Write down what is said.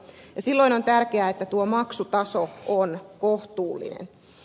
silloin on tärkeää että tuo maksutaso on kohtuullinen